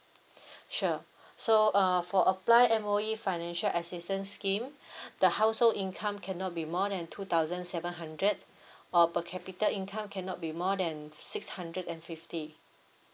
sure so uh for apply M_O_E financial assistance scheme the household income cannot be more than two thousand seven hundred or per capita income cannot be more than six hundred and fifty